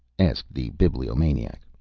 asked the bibliomaniac.